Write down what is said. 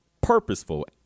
purposeful